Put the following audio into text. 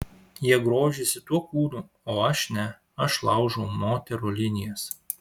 jie grožisi tuo kūnu o aš ne aš laužau moterų linijas